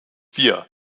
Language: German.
wir